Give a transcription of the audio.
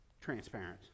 transparent